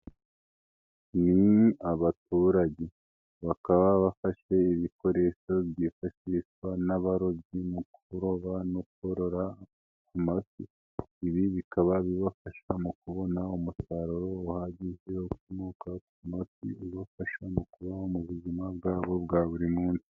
Ni abaturage bakaba bafashe ibikoresho byifashishwa n'abarobyi mu kuroba no korora amafi. Ibi bikaba bibafasha mu kubona umusaruro uhagije ukomoka ku mafi ubafasha mu kubaho mu buzima bwabo bwa buri munsi.